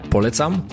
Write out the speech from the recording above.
Polecam